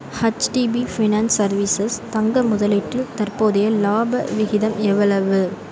HDB finance services தங்க முதலீட்டில் தற்போதைய லாப விகிதம் எவ்வளவு